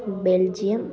Belgium